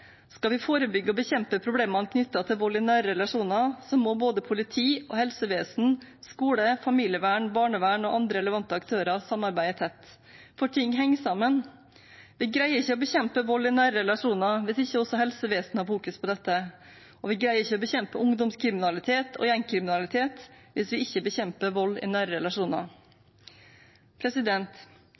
skal jobbe. Skal vi forebygge og bekjempe problemene knyttet til vold i nære relasjoner, må både politi, helsevesen, skole, familievern, barnevern og andre relevante aktører samarbeide tett, for ting henger sammen. Vi greier ikke å bekjempe vold i nære relasjoner hvis ikke også helsevesenet har fokus på dette, og vi greier ikke å bekjempe ungdomskriminalitet og gjengkriminalitet hvis vi ikke bekjemper vold i nære relasjoner.